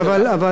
תודה רבה.